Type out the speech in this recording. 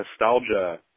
nostalgia